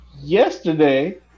yesterday